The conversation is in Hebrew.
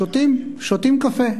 שותים קפה.